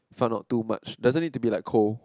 fun of too much doesn't it to be like cold